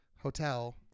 hotel